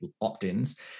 opt-ins